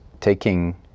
taking